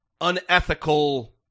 unethical